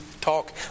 talk